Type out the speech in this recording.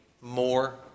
more